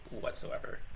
whatsoever